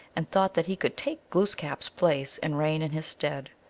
and thought that he could take gloos kap s place and reign in his stead.